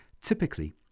Typically